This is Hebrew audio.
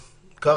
זה,